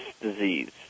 disease